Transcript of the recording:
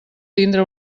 tindre